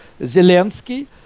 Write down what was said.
Zelensky